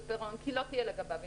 פירעון כי לא תהיה לגביו אינפורמציה,